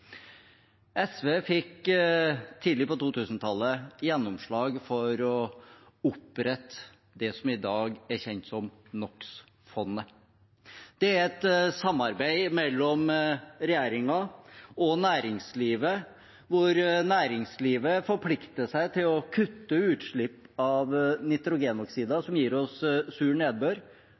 SV fikk tidlig på 2000-tallet gjennomslag for å opprette det som i dag er kjent som NOx-fondet. Det er et samarbeid mellom regjeringen og næringslivet, hvor næringslivet forplikter seg til å kutte utslipp av nitrogenoksider som gir oss sur nedbør.